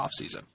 offseason